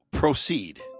Proceed